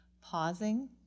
pausing